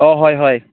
অঁ হয় হয়